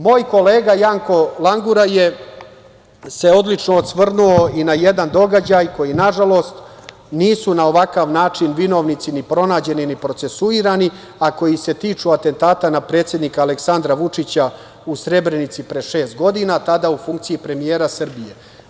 Moj kolega Janko Langura se odlično osvrnuo i na jedan događaj za koji nažalost, nisu na ovakav način vinovnici pronađeni, ni procesuirani, a koji se tiču atentata na predsednika Aleksandra Vučića u Srebrenici pre šest godina, tada na funkciji premijera Srbije.